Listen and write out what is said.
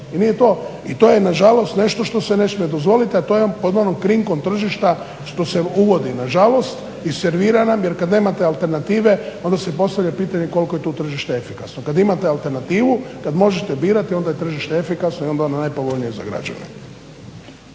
i to je nažalost nešto što se ne smije dozvoliti a to je pod onom krinkom tržišta što se uvodi nažalost i servisa nam jer kada nemate alternative onda se postavlja pitanje koliko je tu tržište efikasno. Kada imate alternativu kada možete birati onda je tržište efikasno i onda je ono najpovoljnije za građane.